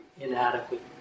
inadequate